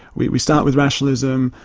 we we start with rationalism,